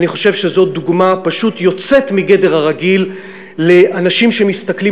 אני חושב שזאת דוגמה פשוט יוצאת מגדר הרגיל לאנשים שמסתכלים